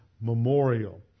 memorial